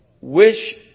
wish